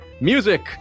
music